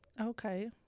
okay